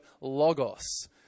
logos